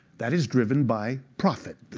that is driven by profit.